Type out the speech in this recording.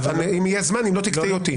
אם יהיה זמן, אם לא תקטעי אותי.